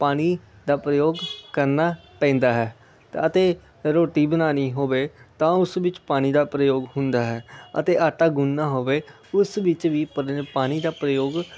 ਪਾਣੀ ਦਾ ਪ੍ਰਯੋਗ ਕਰਨਾ ਪੈਂਦਾ ਹੈ ਅਤੇ ਰੋਟੀ ਬਣਾਉਣੀ ਹੋਵੇ ਤਾਂ ਉਸ ਵਿੱਚ ਪਾਣੀ ਦਾ ਪ੍ਰਯੋਗ ਹੁੰਦਾ ਹੈ ਅਤੇ ਆਟਾ ਗੁੰਨਣਾ ਹੋਵੇ ਉਸ ਵਿੱਚ ਵੀ ਪਨ ਪਾਣੀ ਦਾ ਪ੍ਰਯੋਗ